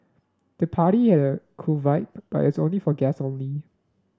the party had a cool vibe but as only for guests only